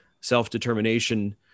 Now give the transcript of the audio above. self-determination